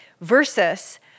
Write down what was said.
versus